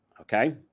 Okay